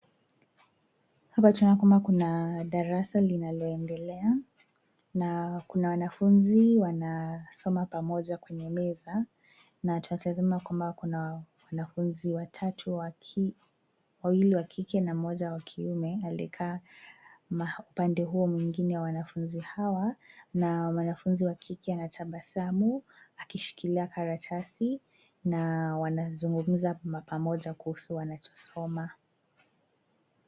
Hapa tunaona kwamba kuna darasa linaloendelea na kuna wanafunzi wanasoma pamoja kwenye meza. Na tunatazama kwamba kuna wanafunzi wawili wa kike na moja wa kiume aliyekaa upande huo mwingine wanafunzi hawa na mwanafunzi wa kike anatabasamu akishikilia karatasi na wanazungumza pamoja kuhusu wanachosoma.